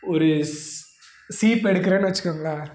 ஒரு சீப்பை எடுக்கிறேனு வச்சுக்கோங்களேன்